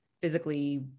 physically